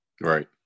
Right